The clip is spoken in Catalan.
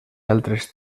altres